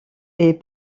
est